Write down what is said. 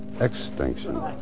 extinction